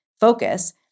focus